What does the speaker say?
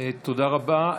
תודה רבה.